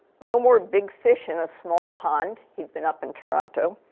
no more big fish in a small pond. he'd been up in toronto.